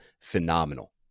phenomenal